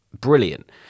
brilliant